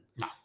No